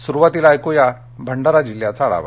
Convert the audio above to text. सुरुवातीला ऐकूया भंडारा जिल्ह्याचा आढावा